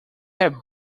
have